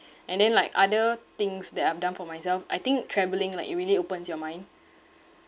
and then like other things that I've done for myself I think travelling like it really opens your mind